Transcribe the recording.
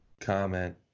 comment